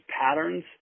patterns